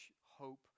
hope